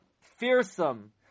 fearsome